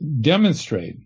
Demonstrate